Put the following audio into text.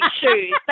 shoes